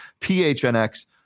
PHNX